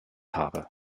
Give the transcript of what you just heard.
habe